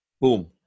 Boom